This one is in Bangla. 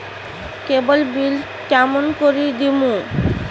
কেবল বিল কেমন করি দিম?